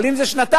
אבל אם זה שנתיים,